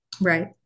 Right